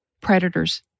Predators